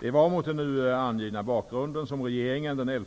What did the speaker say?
Det var mot den nu angivna bakgrunden som regeringen den 11